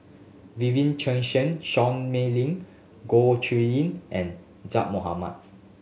Vivien Quahe Seah Mei Lin Goh Chiew Lye and Zaqy Mohamad